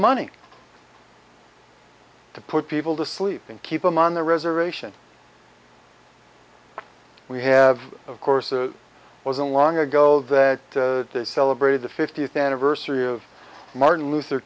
money to put people to sleep and keep them on the reservation we have of course it wasn't long ago that they celebrated the fiftieth anniversary of martin luther